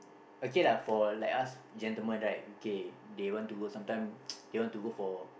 okay lah for like I ask gentlemen right okay they want to work sometime they want to work for